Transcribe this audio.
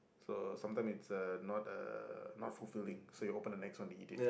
so sometimes it's uh not uh not fulfilling so you open the next one to eat it